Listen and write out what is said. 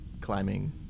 climbing